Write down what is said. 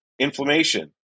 inflammation